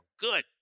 good